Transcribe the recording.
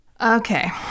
Okay